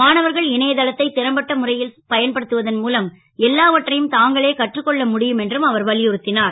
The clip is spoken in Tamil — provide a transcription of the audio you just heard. மாணவர்கள் இணையதளத்தை றம்பட்ட முறை ல் பயன்படுத்துவதன் மூலம் எல்லாவற்றையும் தாங்களே கற்றுக் கொள்ள முடியும் என்றும் அவர் வலியுறுத் னார்